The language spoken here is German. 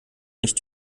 nicht